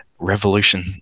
Revolution –